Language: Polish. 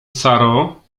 saro